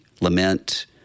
lament